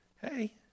Hey